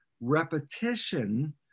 repetition